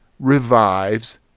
revives